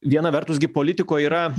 viena vertus gi politiko yra